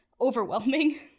overwhelming